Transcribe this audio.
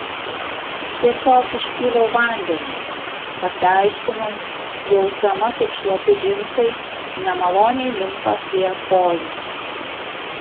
tiesiog išpyliau vandenį pasiaiškinau jausdama kaip šlapi džinsai nemaloniai limpa prie kojų